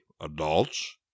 adults